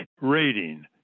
rating